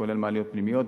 כולל מעלית פנימית,